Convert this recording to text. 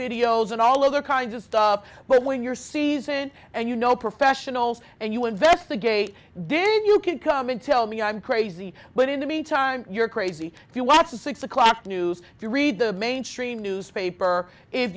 videos and all other kinds of stuff but when you're seasoned and you know professionals and you investigate then you can come and tell me i'm crazy but in the mean time you're crazy if you watch the six o'clock news if you read the mainstream newspaper